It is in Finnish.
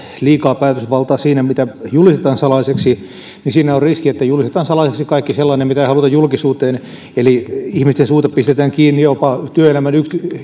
liikaa päätösvaltaa siinä mitä julistetaan salaiseksi niin siinä on riski että julistetaan salaiseksi kaikki sellainen mitä ei haluta julkisuuteen eli ihmisten suita pistetään kiinni jopa työelämän